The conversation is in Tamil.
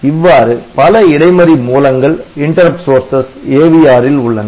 இவ்வாறு பல இடைமறி மூலங்கள் AVR ல் உள்ளன